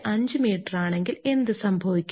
5 മീറ്ററാണെങ്കിൽ എന്ത് സംഭവിക്കും